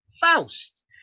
Faust